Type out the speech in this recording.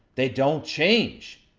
they don't change.